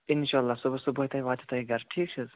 اِنشاء اللہ صُبحَس صُبحٲے تۄہہِ واتیو تُہۍ یہِ گَرٕ ٹھیٖک چھِ حظ